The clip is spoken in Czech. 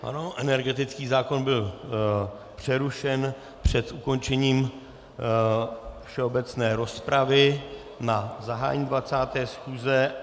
Ano, energetický zákon byl přerušen před ukončením všeobecné rozpravy na zahájení 20. schůze.